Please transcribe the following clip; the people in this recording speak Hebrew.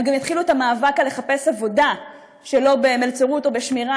הם גם יתחילו את המאבק על לחפש עבודה שלא במלצרות או בשמירה,